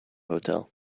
hotel